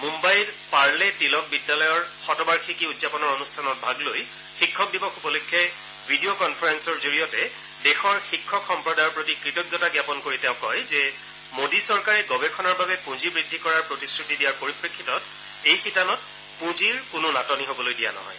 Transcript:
মন্নাইৰ পাৰ্লে তিলক বিদ্যালয়ৰ শতবাৰ্ষিকী উদযাপনৰ অনুষ্ঠানত ভাগ লৈ শিক্ষক দিৱস উপলক্ষে ভিডিঅ কনফাৰেন্সৰ জৰিয়তে দেশৰ শিক্ষক সম্প্ৰদায়ৰ প্ৰতি কৃতজ্ঞতা জ্ঞাপন কৰি তেওঁ কয় যে মোদী চৰকাৰে গৱেষণাৰ বাবে পুঁজি বদ্ধি কৰাৰ প্ৰতিশ্ৰতি দিয়াৰ পৰিপ্ৰেক্ষিতত এই শিতানত পুঁজিৰ কোনো নাটনি হবলৈ দিয়া নহয়